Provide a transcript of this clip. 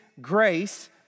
grace